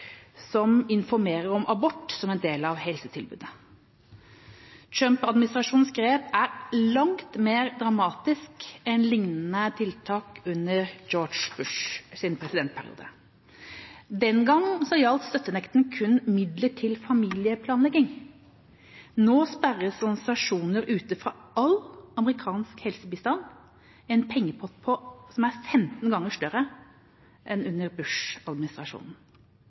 som informerer om abort som en del av helsetilbudet. Trump-administrasjonens grep er langt mer dramatisk enn lignende tiltak under George W. Bush’ presidentperiode. Den gangen gjaldt støttenekten kun midler til familieplanlegging. Nå sperres organisasjoner ute fra all amerikansk helsebistand – en pengepott som er 15 ganger større enn under